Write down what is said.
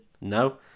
no